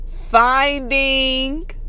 finding